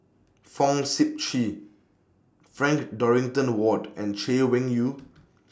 Fong Sip Chee Frank Dorrington Ward and Chay Weng Yew